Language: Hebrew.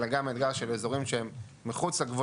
אלא גם אתגר של אזורים שהם מחוץ לגבול